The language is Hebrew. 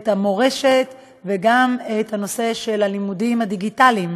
את המורשת, וגם את הנושא של הלימודים הדיגיטליים